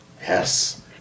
Yes